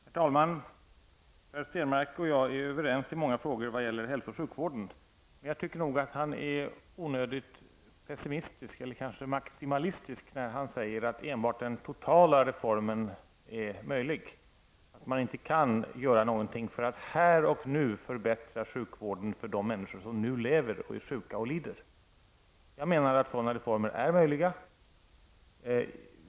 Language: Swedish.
Herr talman! Per Stenmarck och jag är överens i många frågor i vad gäller hälso och sjukvården. Men jag tycker nog att han är onödigt pessimistisk eller kanske maximalistisk när han säger att enbart den totala reformen är möjlig och att man inte kan göra något för att här och nu förbättra sjukvården för de människor som nu lever och är sjuka och lider. Jag menar att sådana reformer är möjliga.